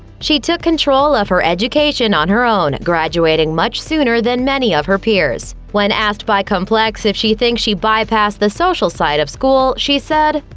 she took control of her education on her own, graduating much sooner than many of her peers. when asked by complex if she thinks she bypassed the social side of school, she said,